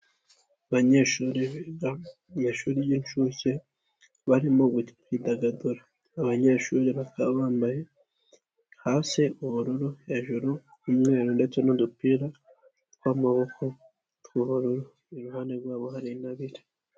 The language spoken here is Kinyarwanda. Abanyeshuri biga mwishuri ry'inincuke barimo kwidagadura, abanyeshuri bambaye hasi ubururu, hejuru umweru ndetse n'udupira twamaboko tw'ubururu iruhande rwabo hari intabire.